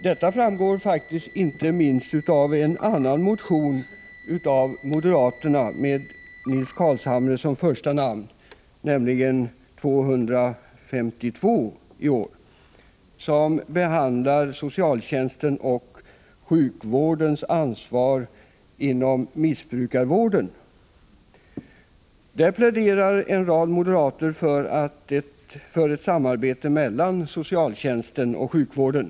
Detta framgår faktiskt inte minst av en annan motion av moderaterna, med Nils Carlshamre som första namn, nämligen §0252 i år. Den behandlar socialtjänstens och sjukvårdens ansvar inom missbrukarvården. Där pläderar en rad moderater för ett samarbete mellan socialtjänsten och sjukvården.